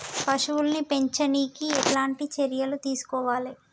పశువుల్ని పెంచనీకి ఎట్లాంటి చర్యలు తీసుకోవాలే?